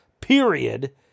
period